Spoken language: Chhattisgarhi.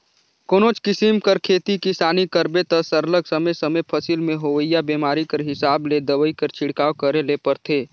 कोनोच किसिम कर खेती किसानी करबे ता सरलग समे समे फसिल में होवइया बेमारी कर हिसाब ले दवई कर छिड़काव करे ले परथे